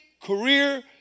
career